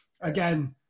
again